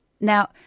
Now